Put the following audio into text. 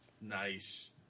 Nice